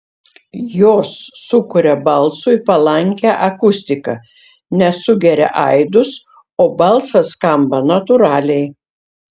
jos sukuria balsui palankią akustiką nes sugeria aidus o balsas skamba natūraliai